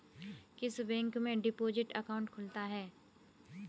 किस बैंक में deposit account खुलता है?